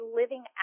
living